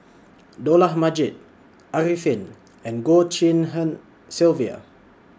Dollah Majid Arifin and Goh Tshin En Sylvia